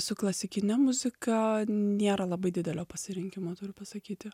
su klasikine muzika nėra labai didelio pasirinkimo turiu pasakyti